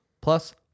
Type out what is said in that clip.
plus